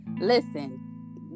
listen